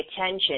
attention